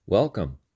Welcome